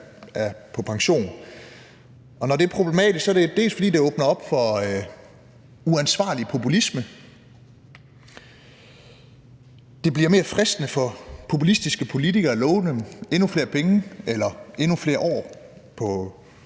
på pension. Og når det er problematisk, er det, både fordi det åbner op for uansvarlig populisme; det bliver mere fristende for populistiske politikere at udlove endnu flere penge eller endnu flere år på